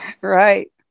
right